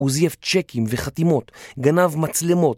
הוא זייף צ'קים וחתימות, גנב מצלמות